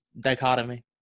dichotomy